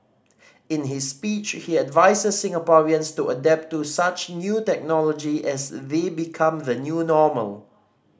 in his speech he advises Singaporeans to adapt to such new technology as we become the new normal